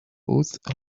both